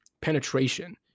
penetration